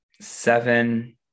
seven